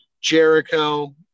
Jericho